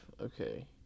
Okay